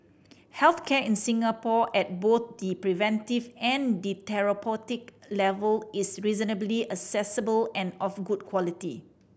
health care in Singapore at both the preventive and therapeutic levels is reasonably accessible and of good quality